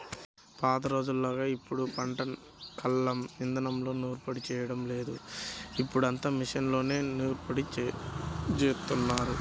పాత రోజుల్లోలాగా ఇప్పుడు పంట కల్లం ఇదానంలో నూర్పిడి చేయడం లేదు, ఇప్పుడంతా మిషన్లతోనే నూర్పిడి జేత్తన్నారు